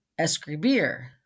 Escribir